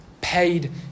paid